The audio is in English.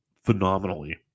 Phenomenally